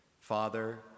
Father